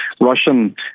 Russian